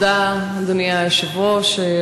תודה, אדוני היושב-ראש.